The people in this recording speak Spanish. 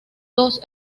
dos